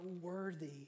worthy